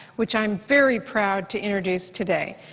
which i'm very proud to introduce today.